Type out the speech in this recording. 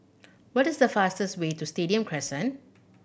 what is the fastest way to Stadium Crescent